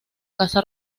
casa